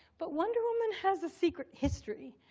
but wonder woman has a secret history.